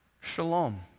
Shalom